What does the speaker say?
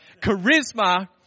charisma